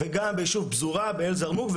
וגם בישוב פזורה באל זרמוק,